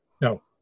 no